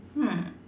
hmm